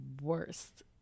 worst